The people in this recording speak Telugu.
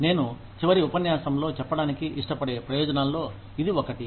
నేను చివరి ఉపన్యాసంలో చెప్పడానికి ఇష్టపడే ప్రయోజనాల్లో ఇది ఒకటి